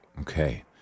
Okay